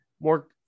more